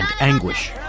anguish